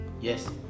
Yes